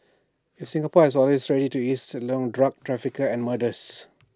in Singapore has already eased IT A lot drug traffickers and murderers